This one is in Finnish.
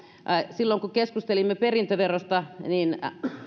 silloin kun keskustelimme perintöverosta niin